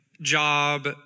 job